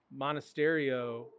Monasterio